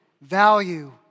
value